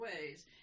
ways